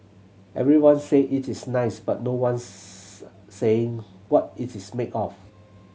everyone say it is nice but no one's saying what it is made of